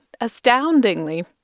astoundingly